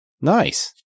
Nice